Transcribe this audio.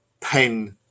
pen